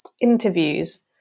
interviews